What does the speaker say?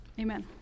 Amen